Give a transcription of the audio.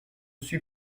suis